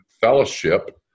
fellowship